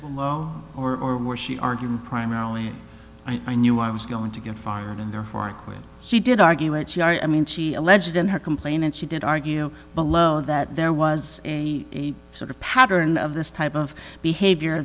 opportunities or more she argue primarily i knew i was going to get fired and therefore i quit she did argue and she i mean she alleged in her complain and she did argue below that there was a sort of pattern of this type of behavior